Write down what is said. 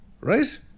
Right